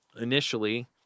Initially